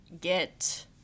get